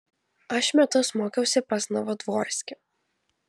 aš metus mokiausi pas novodvorskį